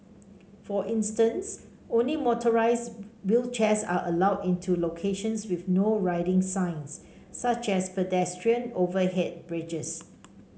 for instance only motorised wheelchairs are allowed in locations with No Riding signs such as pedestrian overhead bridges